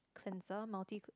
cleanser multi